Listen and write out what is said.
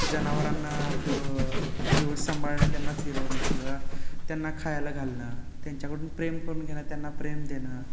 की जनावरांना थोडं व्यवस्थित सांभाळणं त्यांना फिरवणं किंवा त्यांना खायला घालणं त्यांच्याकडून प्रेम करून घेणं त्यांना प्रेम देणं